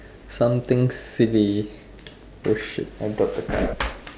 something silly oh shit I dropped the card